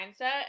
mindset